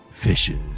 Fishes